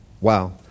Wow